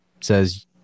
says